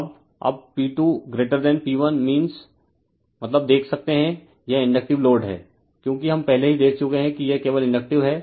अब अब P2P1 मतलब देख सकते हैं यह इंडक्टिव लोड है क्योंकि हम पहले ही देख चुके हैं कि यह केवल इंडक्टिव है